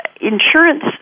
insurance